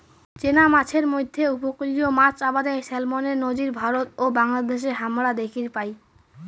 চেনা মাছের মইধ্যে উপকূলীয় মাছ আবাদে স্যালমনের নজির ভারত ও বাংলাদ্যাশে হামরা দ্যাখির পাই